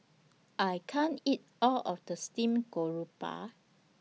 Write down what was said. I can't eat All of This Steamed Garoupa